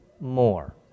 more